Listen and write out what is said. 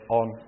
on